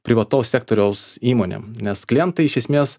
privataus sektoriaus įmonėm nes klientai iš esmės